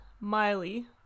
Miley